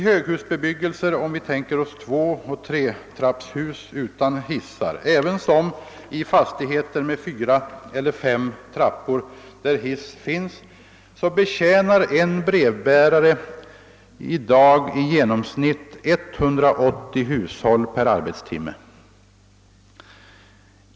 I höghusbebyggelse med två tre trapphus utan hissar ävensom i fastigheter med fyra eller fem trappor, där hiss finns, betjänar en brevbärare i dag i genomsnitt 180 hushåll per arbetstimme.